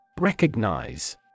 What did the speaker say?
Recognize